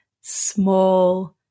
small